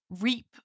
reap